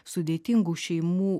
sudėtingų šeimų